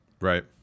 Right